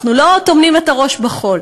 אנחנו לא טומנים את הראש בחול,